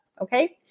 okay